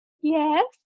yes